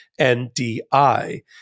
NDI